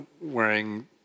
wearing